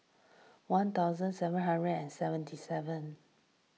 one thousand seven hundred and seventy seven